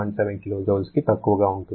7 kJకి తక్కువగా ఉంటుంది